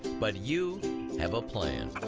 but you have a plan.